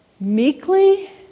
meekly